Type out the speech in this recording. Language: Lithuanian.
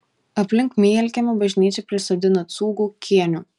aplink mielkiemio bažnyčią prisodino cūgų kėnių